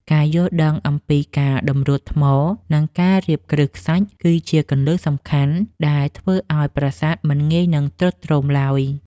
ការយល់ដឹងអំពីការតម្រួតថ្ម និង ការរៀបគ្រឹះខ្សាច់គឺជាគន្លឹះសំខាន់ដែលធ្វើឱ្យប្រាសាទមិនងាយនឹងទ្រុឌទ្រោមឡើយ។